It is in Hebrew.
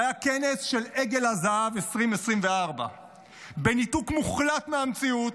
זה היה כנס של עגל הזהב 2024. בניתוק מוחלט מהמציאות,